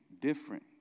different